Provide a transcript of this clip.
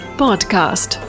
podcast